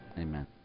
Amen